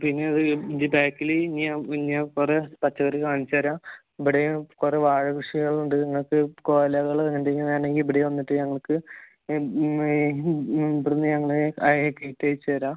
പിന്നെ ഇതിൻ്റ ബാക്കിൽ ഞാൻ കുറേ പച്ചക്കറി കാണിച്ചു തരാം ഇവിടെയും കുറേ വാഴക്കൃഷി ഉള്ളതുകൊണ്ട് നിങ്ങൾക്ക് കുലകൾ എന്തെങ്കിലും വേണമെങ്കിൽ ഇവിടെ വന്നിട്ട് ഞങ്ങൾക്ക് ഇവിടെ നിന്ന് ഞങ്ങൾ കയറ്റി അയച്ചു തരാം